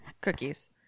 Cookies